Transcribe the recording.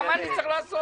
מה אני צריך לעשות?